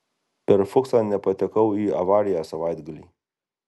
per fuksą nepatekau į avariją savaitgalį